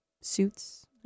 suits